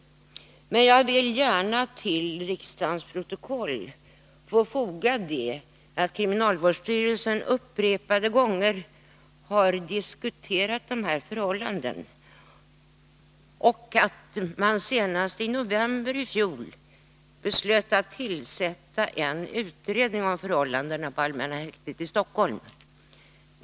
Men jag vill gärna till riksdagens protokoll få foga att kriminalvårdsstyrelsen upprepade gånger har diskuterat dessa förhållanden och att man senast i november i fjol beslöt tillsätta en utredning om förhållandena på allmänna häktet i Stockholm.